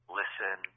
listen